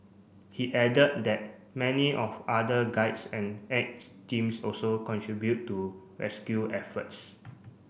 he added that many of other guides and aids teams also contribute to rescue efforts